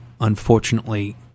Unfortunately